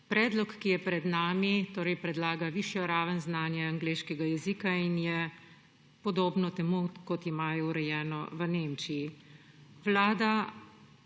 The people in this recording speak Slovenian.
Predlog, ki je pred nami, predlaga višjo raven znanja angleškega jezika in je podoben temu, kot imajo urejeno v Nemčiji. Vlada